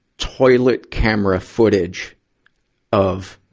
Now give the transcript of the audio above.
toilet-camera footage of